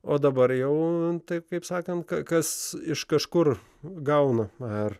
o dabar jau taip kaip sakant kas iš kažkur gauna ar